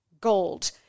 Gold